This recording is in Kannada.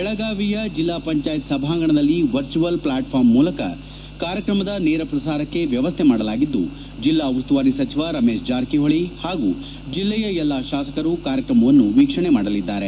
ಬೆಳಗಾವಿಯ ಜಿಲ್ಲಾ ಪಂಚಾಯತ್ ಸಭಾಂಗಣದಲ್ಲಿ ವರ್ಚುವಲ್ ಫ್ಲಾಟ್ಫಾರಂ ಮೂಲಕ ಕಾರ್ಯಕ್ರಮದ ನೇರ ಪ್ರಸಾರಕ್ಕೆ ವ್ಯವಸ್ದೆ ಮಾಡಲಾಗಿದ್ದು ಜಿಲ್ಲಾ ಉಸ್ತುವಾರಿ ಸಚಿವ ರಮೇಶ್ ಜಾರಕಿಹೊಳಿ ಹಾಗು ಜಿಲ್ಲೆಯ ಎಲ್ಲಾ ಶಾಸಕರು ಕಾರ್ಯಕ್ರಮವನ್ನು ವೀಕ್ಷಣೆ ಮಾಡಲಿದ್ದಾರೆ